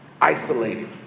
isolated